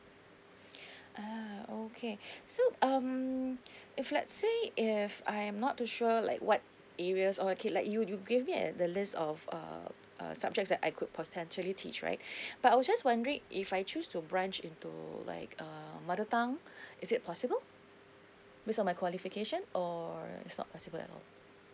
ah okay so um if let's say if I'm not too sure like what areas or okay let you you give me the list of uh uh subjects that I could potentially teach right but I was just wondering if I choose to branch into like uh mother tongue is it possible based on my qualification or it's not possible at all